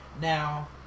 Now